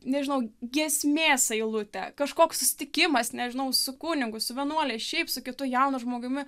nežinau giesmės eilutė kažkoks susitikimas nežinau su kunigu su vienuole šiaip su kitu jaunu žmogumi